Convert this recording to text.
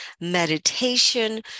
meditation